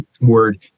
word